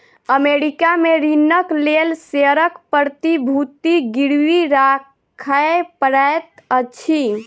America में ऋणक लेल शेयरक प्रतिभूति गिरवी राखय पड़ैत अछि